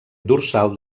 dorsal